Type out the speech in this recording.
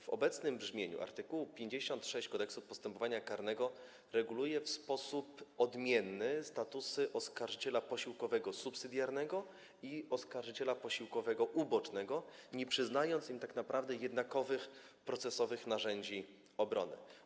W obecnym brzmieniu art. 56 Kodeksu postępowania karnego w sposób odmienny reguluje statusy oskarżyciela posiłkowego subsydiarnego i oskarżyciela posiłkowego ubocznego, nie przyznając im tak naprawdę jednakowych procesowych narzędzi obrony.